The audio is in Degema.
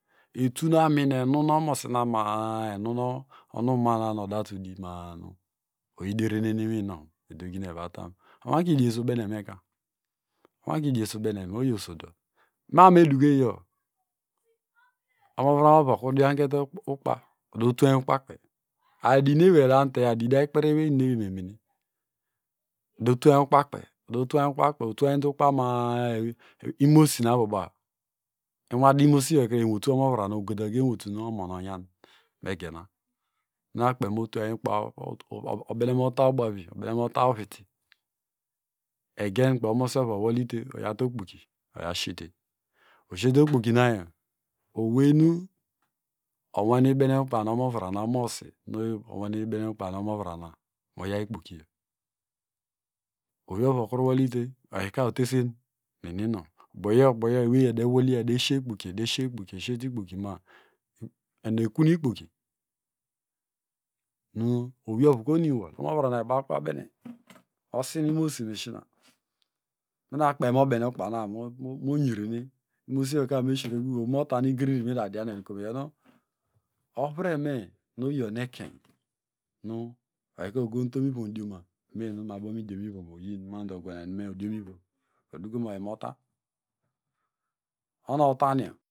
Etunormin emun omosinaa enu onuma na nu odatu udi ma- a nu oyidereninwinynow edoginoun evotan onwakidiese ubenemeka onwakidiese ubeneme omayi oso dọ mameduke ujo omavram ovu okuru dianken ukpa ọdotwayn ukpakpey adinu ewey edan teyo adi day kperewei inumnu ewey memene ede lwanyi ukpa. kpey ede twanyi ukpakpey etwanyide mkpama imomosi miabomuba inwadu imosi kre enwotu omovram na ogadaga enwotu nu omonina onyan minakpeny natwayn ukpa obenemota ubavi obenemota uviti egen kpey omosi ovu owolyite oyawte okpoki oyasliete oshiete okpokinanyo owenu onwane benen ukpa nu omovram omosi nu onwanebenen ukpa nu omovram na moyaw ikpokiyo owiovu okuru owolyite oyika otesen ininonw boyoboyo ewey edewolya edeshie ikpoki edeshie ikpoki ma- a enaekun ikpoki nu owiovu ka enim wol omovrana eba ukpabene osin imosimesina minakpe nu mobene ukpana nu monyirene imosioka meshire egugun ovonu matanu igiriri midianoyi kom? Iyonu ovreme nu oyionuckeiyi nu oyika ogontomu ivomdioma nu memediomvom oyin mado ogwanerame odiomivom eduko oma mamu oyimo okunu otanyo.